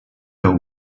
till